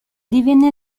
divenne